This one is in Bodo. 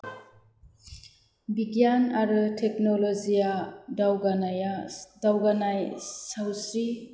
बिगियान आरो टेक्नल'जिया दावगानाया दावगायनाय सावस्रि